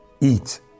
eat